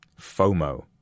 FOMO